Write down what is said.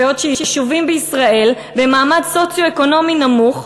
בעוד יישובים בישראל במעמד סוציו-אקונומי נמוך,